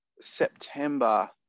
september